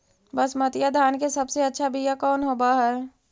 बसमतिया धान के सबसे अच्छा बीया कौन हौब हैं?